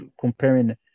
comparing